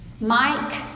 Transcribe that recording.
Mike